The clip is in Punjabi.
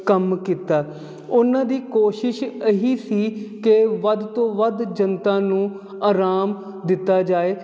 ਕੰਮ ਕੀਤਾ ਉਹਨਾਂ ਦੀ ਕੋਸ਼ਿਸ਼ ਇਹੀ ਸੀ ਕਿ ਵੱਧ ਤੋਂ ਵੱਧ ਜਨਤਾ ਨੂੰ ਆਰਾਮ ਦਿੱਤਾ ਜਾਏ